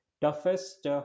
toughest